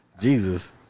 Jesus